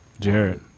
Jared